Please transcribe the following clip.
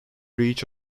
reach